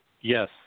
Yes